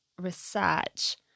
research